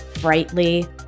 brightly